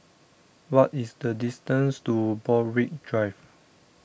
what is the distance to Borthwick Drive